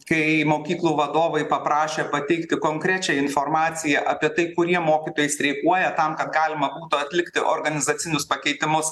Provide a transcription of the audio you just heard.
kai mokyklų vadovai paprašė pateikti konkrečią informaciją apie tai kurie mokytojai streikuoja tam kad galima būtų atlikti organizacinius pakeitimus